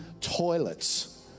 toilets